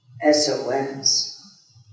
SOS